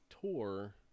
tour